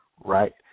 right